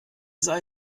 sei